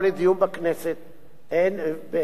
במליאת הכנסת.